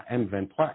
m23